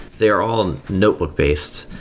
they're all notebook-based.